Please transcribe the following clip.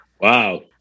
Wow